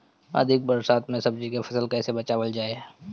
अधिक बरसात में सब्जी के फसल कैसे बचावल जाय?